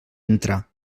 entra